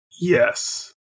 Yes